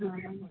हाँ हाँ